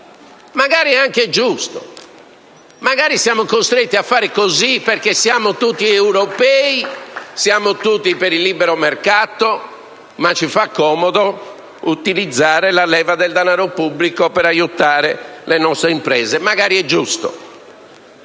Magari è anche giusto. Magari siamo costretti a fare così perché siamo tutti europei, siamo tutti a favore del libero mercato, ma ci fa comodo utilizzare la leva del denaro pubblico per aiutare le nostre imprese. Magari è giusto,